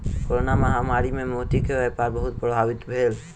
corona महामारी मे मोती के व्यापार बहुत प्रभावित भेल